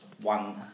one